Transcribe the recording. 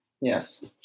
Yes